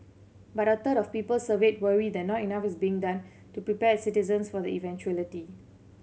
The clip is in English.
but a third of people surveyed worry that not enough is being done to prepare citizens for the eventuality